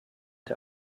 der